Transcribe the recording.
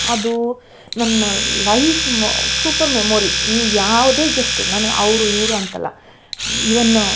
ಅದು ನನ್ನ ಲೈಫು ಮ ಸೂಪರ್ ಮೆಮೊರಿ ನೀವು ಯಾವುದೇ ಗೆಸ್ಟು ನಾನು ಅವರು ಇವರು ಅಂತ ಅಲ್ಲ ಈವನ್